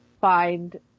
find